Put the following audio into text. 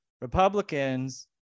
republicans